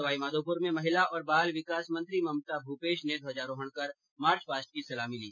सवाई माधोपुर में महिला और बाल विकास मंत्री ममता भूपेश ने ध्वजारोहण कर मार्च पास्ट की सलामी ली